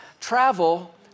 travel